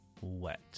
wet